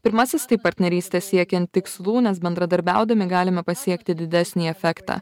pirmasis tai partnerystė siekiant tikslų nes bendradarbiaudami galime pasiekti didesnį efektą